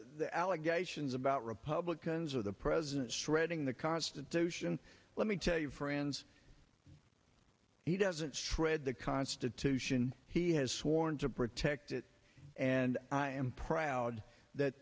the allegations about republicans or the president shredding the constitution let me tell you friends he doesn't shred the constitution he has sworn to protect it and i am proud that